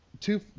Two